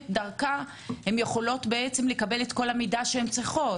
דרכה הן יכולות לקבל את כל המידע שהן צריכות.